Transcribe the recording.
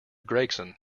gregson